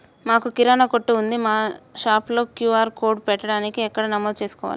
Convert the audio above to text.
మాకు కిరాణా కొట్టు ఉంది మా షాప్లో క్యూ.ఆర్ కోడ్ పెట్టడానికి ఎక్కడ నమోదు చేసుకోవాలీ?